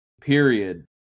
Period